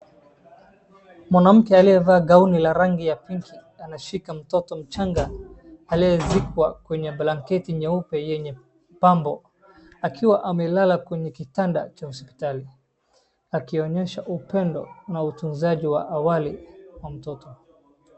Mwanamke aliyevaa gauni la rangu ya pinki anashika mtoto mchanga aliyezikwa kwenye blanketi yenye pambo akiwa amelala kwenye kitanda cha hospitali akionyesha upendo na utunzaji wa hawali wa mtoto.